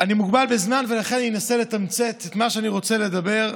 אני מוגבל בזמן ולכן אני אנסה לתמצת את מה שאני רוצה לומר.